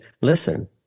listen